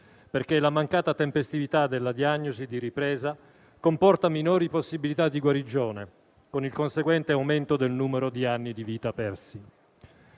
perché la mancata tempestività della diagnosi di ripresa comporta minori possibilità di guarigione, con il conseguente aumento del numero di anni di vita persi.